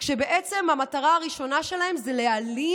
ובעצם המטרה הראשונה שלהם זה להעלים